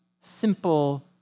simple